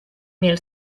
mil